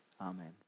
Amen